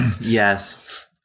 Yes